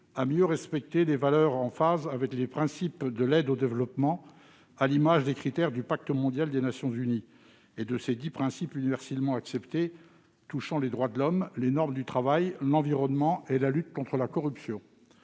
à mieux respecter les valeurs qui sont en phase avec les principes de l'aide au développement, à l'image des critères du Pacte mondial des Nations unies et de ses dix principes universellement acceptés, touchant les droits de l'homme, les normes du travail, l'environnement et la lutte contre la corruption.